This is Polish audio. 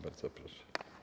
Bardzo proszę.